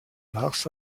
mars